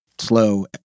slow